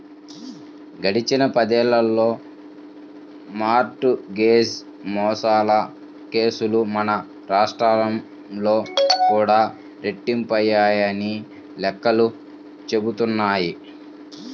గడిచిన పదేళ్ళలో mortgage మోసాల కేసులు మన రాష్ట్రంలో కూడా రెట్టింపయ్యాయని లెక్కలు చెబుతున్నాయి